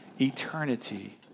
eternity